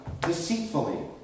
deceitfully